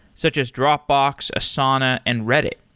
such as dropbox, asana and reddit.